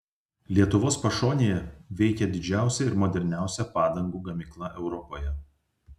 lietuvos pašonėje veikia didžiausia ir moderniausia padangų gamykla europoje